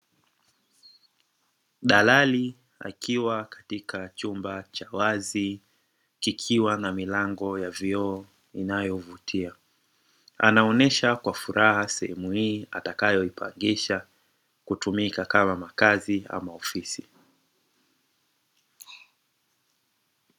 Dalali akiwa katika chumba cha wazi kikiwa na milango ya vioo inayovutia, anaonyesha kwa furaha sehemu hii atakayo ipangisha kutumika kama makazi au ofisi.